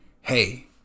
hey